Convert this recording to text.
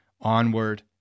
onward